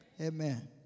Amen